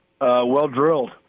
well-drilled